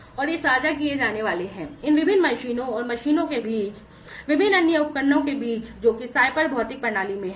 और ये साझा किए जाने वाले हैं इन विभिन्न मशीनों और मशीनों के बीच और विभिन्न अन्य उपकरणों के बीच जो कि साइबर भौतिक प्रणाली में हैं